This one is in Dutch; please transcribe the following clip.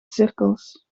cirkels